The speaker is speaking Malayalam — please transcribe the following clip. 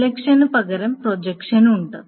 സെലക്ഷന് പകരം പ്രൊജക്ഷൻ ഉണ്ട്